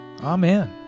Amen